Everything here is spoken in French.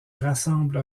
rassemble